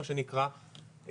מה שנקרא,